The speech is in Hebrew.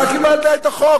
קיבלתי את החוק.